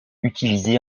utilisés